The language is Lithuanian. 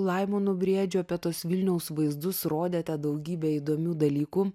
laimonu briedžiu apie tuos vilniaus vaizdus rodėte daugybę įdomių dalykų